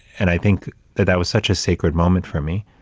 and i think that that was such a sacred moment for me.